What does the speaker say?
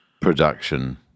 production